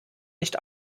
nicht